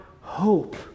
hope